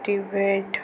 tibet